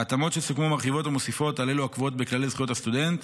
ההתאמות שסוכמו מרחיבות ומוסיפות על אלו הקבועות בכללי זכויות הסטודנט,